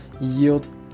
yield